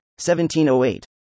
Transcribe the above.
1708